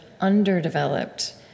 underdeveloped